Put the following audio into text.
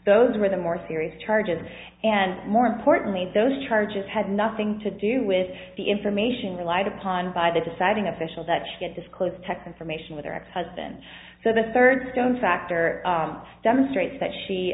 those were the more serious charges and more importantly those charges had nothing to do with the information relied upon by the deciding official that she didn't disclose tech information with her ex husband so the third stone factor demonstrates that she